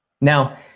Now